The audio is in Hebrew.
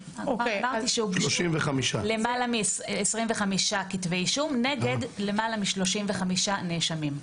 הוגשו למעלה מ-25 כתבי אישום נגד למעלה מ-35 נאשמים.